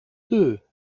deux